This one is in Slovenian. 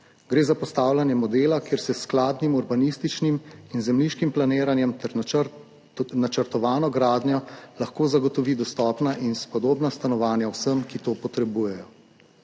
Gre za postavljanje modela, kjer se s skladnim urbanističnim in zemljiškim planiranjem ter načrtovano gradnjo lahko zagotovi dostopna in spodobna stanovanja vsem, ki to potrebujejo.